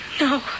No